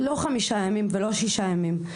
לא חמישה ימים ולא שישה ימים.